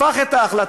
הפך את החלטה,